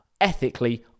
ethically